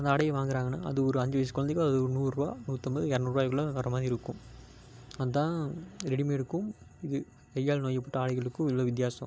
அந்த ஆடையை வாங்கறாங்கன்னால் அது ஒரு அஞ்சு வயது குழந்தைக்கு அது ஒரு நூறுருபா நூற்றைம்பது இரநூறு ருபாய்க்குள்ள வர்ற மாதிரி இருக்கும் அதுதான் ரெடிமேடுக்கும் இது கையால் நொய்யப்பட்ட ஆடைகளுக்கும் உள்ள வித்தியாசம்